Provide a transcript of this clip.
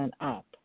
up